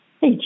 Hey